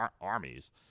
armies